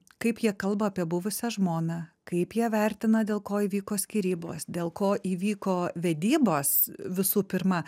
kaip jie kalba apie buvusią žmoną kaip jie vertina dėl ko įvyko skyrybos dėl ko įvyko vedybos visų pirma